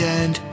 end